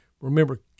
remember